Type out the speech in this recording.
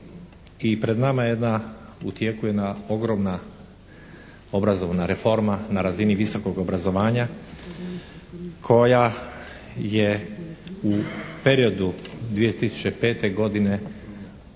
i pred nama je jedna, u tijeku je jedna ogromna obrazovna reforma na razini visokog obrazovanja koja je u periodu 2005. godine